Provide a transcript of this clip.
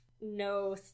no